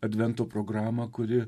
advento programą kuri